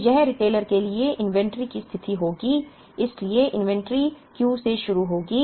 तो यह रिटेलर के लिए इन्वेंट्री की स्थिति होगी इसलिए इन्वेंट्री Q से शुरू होगी